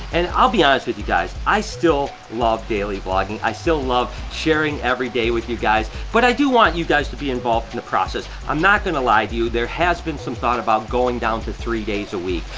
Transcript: and i'll be ah honest with you guys, i still love daily vlogging. i still love sharing every day with you guys. but i do want you guys to be involved in the process. i'm not gonna lie to you, there has been some thought about going down to three days a week.